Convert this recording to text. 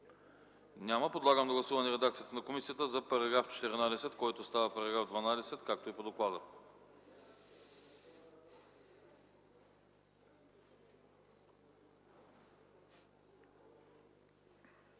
Няма. Подлагам на гласуване редакцията на комисията за § 14, който става § 12, както е по доклада.